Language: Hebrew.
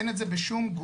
אין את זה בשום גוף.